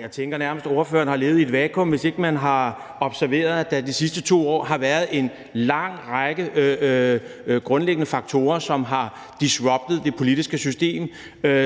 Jeg tænker nærmest, at ordføreren har levet i et vakuum, hvis ikke man har observeret, at der de sidste 2 år har været en lang række grundlæggende faktorer, som har disruptet det politiske system,